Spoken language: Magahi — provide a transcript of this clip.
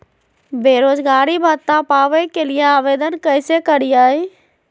बेरोजगारी भत्ता पावे के लिए आवेदन कैसे करियय?